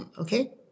Okay